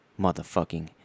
Motherfucking